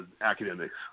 academics